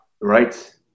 Right